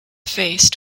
faced